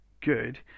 good